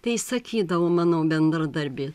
tai sakydavo mano bendradarbė